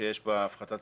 שיש בה הפחתה סביבתית.